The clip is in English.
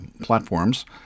platforms